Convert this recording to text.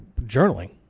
journaling